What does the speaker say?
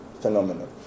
phenomenon